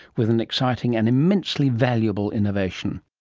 with an exciting and immensely valuable innovation